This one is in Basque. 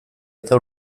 eta